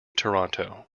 toronto